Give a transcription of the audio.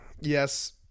yes